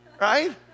right